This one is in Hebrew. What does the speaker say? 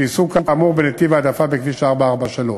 שייסעו כאמור בנתיב העדפה בכביש 443,